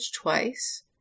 twice